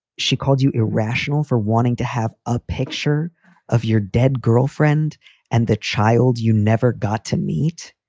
she called you irrational for wanting to have a picture of your dead girlfriend and the child you never got to meet.